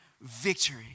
victory